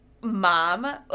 Mom